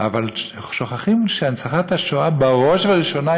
אבל שוכחים שהנצחת השואה בראש ובראשונה,